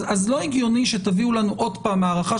אז לא הגיוני שתביאו לנו עוד פעם הארכה